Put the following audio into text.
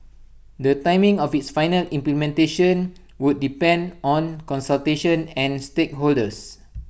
the timing of its final implementation would depend on consultation and stakeholders